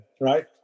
right